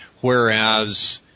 whereas